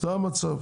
זה המצב.